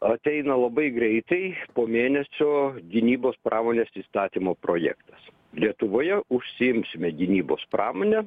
ateina labai greitai po mėnesio gynybos pramonės įstatymo projektas lietuvoje užsiimsime gynybos pramone